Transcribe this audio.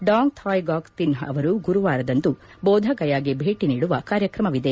ಡಾಂಗ್ Thi Ngoc Thinh ಅವರು ಗುರುವಾರದಂದು ಬೋಧಗಯಾಗೆ ಭೇಟಿ ನೀಡುವ ಕಾರ್ಯಕ್ರಮವಿದೆ